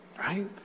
right